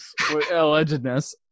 Allegedness